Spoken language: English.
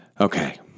Okay